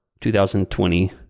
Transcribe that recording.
2020